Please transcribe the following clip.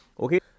Okay